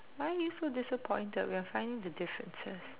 why are you so disappointed we are finding the differences